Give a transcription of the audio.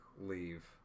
leave